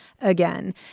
again